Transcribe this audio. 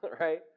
right